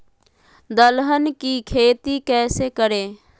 दलहन की खेती कैसे करें?